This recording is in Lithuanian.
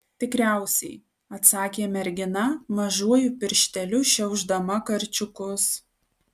tikriausiai atsakė mergina mažuoju piršteliu šiaušdama karčiukus